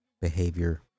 behavior